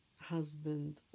husband